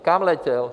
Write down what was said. Kam letěl?